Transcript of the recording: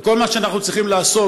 וכל מה שאנחנו צריכים לעשות,